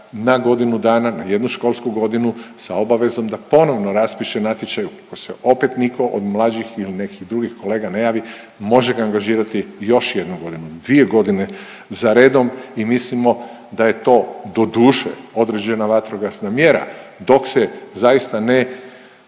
na godinu dana, na jednu školsku godinu sa obaveznom da ponovno raspiše natječaj. Ukoliko se opet nitko od mlađih ili nekih drugih kolega ne javi, može ga angažirati još jednu godinu, dvije godine za redom i mislimo da je to doduše, određena vatrogasna mjera dok se zaista ne